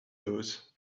those